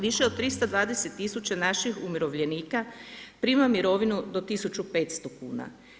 Više od 320000 naših umirovljenika prima mirovinu do 1500 kn.